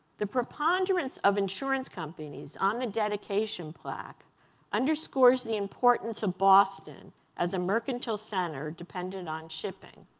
the preponderance of insurance companies on a dedication plaque underscores the importance of boston as a mercantile center dependent on shipping.